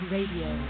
Radio